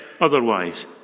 otherwise